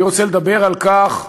אני רוצה לדבר על כך שמאות,